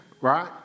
Right